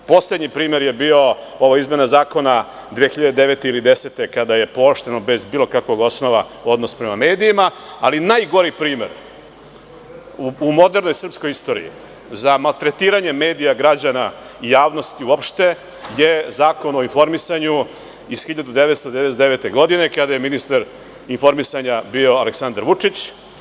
Poslednji primer je bila ova izmena zakona 2009. ili 2010. godine, kada je pooštren bez bilo kakvog osnova odnos prema medijima, ali najgori primer u modernoj srpskoj istoriji za maltretiranje medija, građana i javnosti uopšte je Zakon o informisanju iz 1999. godine, kada je ministar informisanja bio Aleksandar Vučić.